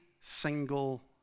single